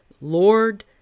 Lord